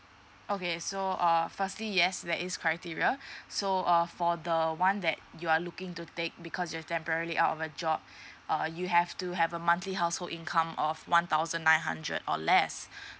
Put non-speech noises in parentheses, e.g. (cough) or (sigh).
okay so err firstly yes there is criteria (breath) so uh for the one that you are looking to take because you're temporary out of a job (breath) uh you have to have a monthly household income of one thousand nine hundred or less